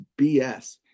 bs